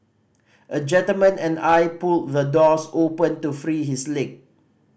a gentleman and I pulled the doors open to free his leg